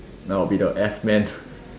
now I'll be the F men